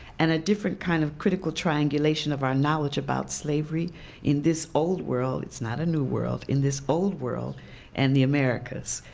and a different kind of critical triangulation of our knowledge about slavery in this old world it's not a new world in this old world and the americas.